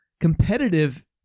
competitive